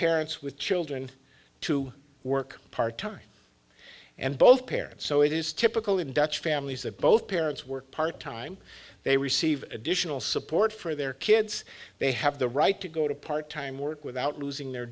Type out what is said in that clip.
parents with children to work part time and both parents so it is typical in dutch families that both parents work part time they receive additional support for their kids they have the right to go to part time work without losing their